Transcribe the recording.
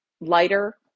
lighter